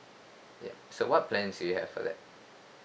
ya so what plans do you have for that